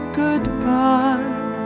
goodbye